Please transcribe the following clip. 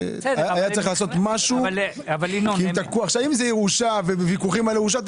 אם זה ירושה ויש ויכוחים על ירושה,